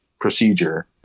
procedure